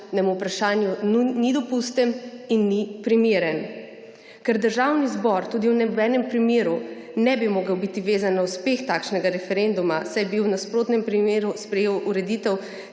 vprašanju ni dopusten in ni primeren. Ker Državni zbor tudi v nobenem primeru ne bi mogel biti vezan na uspeh takšnega referenduma, saj bi v nasprotnem primeru sprejel ureditev,